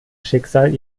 schicksal